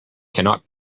cannot